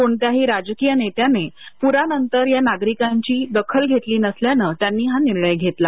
कोणत्याही राजकीय नेत्याने पूरानंतर या नागरिकांची दखल घेतली नसल्यानं त्यांनी हा निर्णय घेतला